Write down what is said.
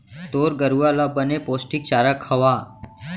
तोर गरूवा ल बने पोस्टिक चारा खवा